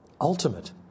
ultimate